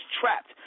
trapped